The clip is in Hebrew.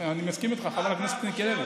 אני מסכים איתך, חבר הכנסת מיקי לוי.